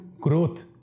growth